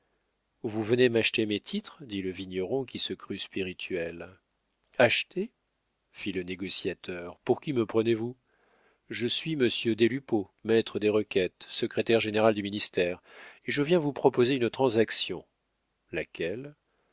vous venez m'acheter mes titres dit le vigneron qui se crut spirituel acheter fit le négociateur pour qui me prenez-vous je suis monsieur des lupeaulx maître des requêtes secrétaire général du ministère et je viens vous proposer une transaction laquelle